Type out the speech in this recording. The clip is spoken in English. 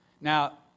Now